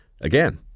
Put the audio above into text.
again